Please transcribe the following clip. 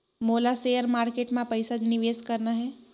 मोला share market मां पइसा निवेश करना हे?